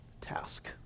task